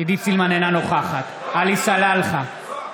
אינה נוכחת עלי סלאלחה,